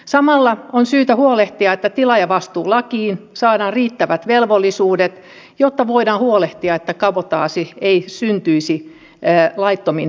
samalla on syytä huolehtia että tilaajavastuulakiin saadaan riittävät velvollisuudet jotta voidaan huolehtia että kabotaasi ei syntyisi laittomin perustein